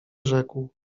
rzekł